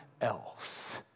else